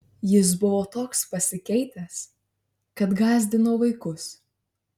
jis buvo toks pasikeitęs kad gąsdino vaikus